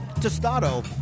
tostado